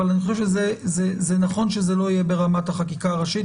אבל אני חושב שזה נכון שזה לא יהיה ברמת החקיקה הראשית,